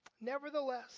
Nevertheless